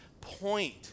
point